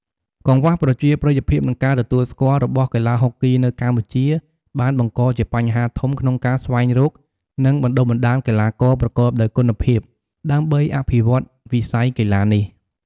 កង្វះប្រជាប្រិយភាព និងការទទួលស្គាល់ របស់កីឡាហុកគីនៅកម្ពុជាបានបង្កជា បញ្ហាធំ ក្នុងការ ស្វែងរកនិងបណ្ដុះបណ្ដាលកីឡាករ ប្រកបដោយគុណភាព ដើម្បីអភិវឌ្ឍវិស័យកីឡានេះ។